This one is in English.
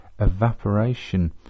evaporation